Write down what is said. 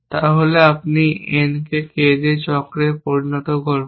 তাহলে আপনি N কে K চক্রে পরিণত করবেন